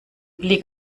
blick